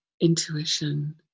intuition